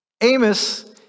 Amos